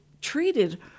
treated